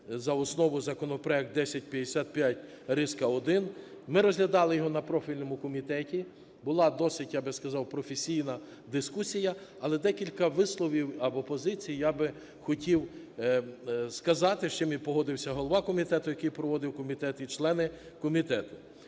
за основу законопроект 1055-1. Ми розглядали його на профільному комітеті, була досить, я би сказав, професійна дискусія, але декілька висловів або позицій я би хотів сказати, з чим і погодився голова комітету, який проводив комітет, і члени комітету.